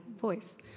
voice